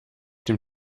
dem